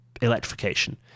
electrification